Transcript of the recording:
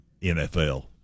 NFL